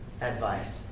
advice